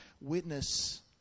Witness